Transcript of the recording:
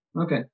Okay